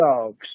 dogs